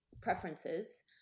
preferences